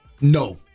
No